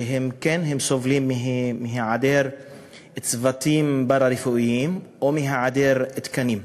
שסובלים מהיעדר צוותים פארה-רפואיים או מהיעדר תקנים.